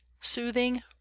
SOOTHING